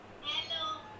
Hello